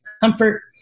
comfort